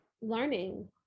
learning